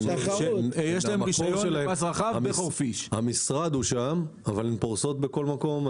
החברות שם, אבל הן פורסות בכל מקום.